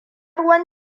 ruwan